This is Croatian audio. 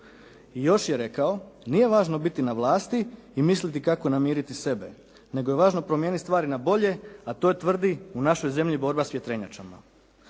I još je rekao: "Nije važno biti na vlasti i misliti kako namiriti sebe nego je važno promijeniti stvari na bolje a to je tvrdi u našoj zemlji borba s vjetrenjačama.".